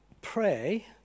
pray